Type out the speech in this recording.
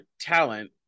talent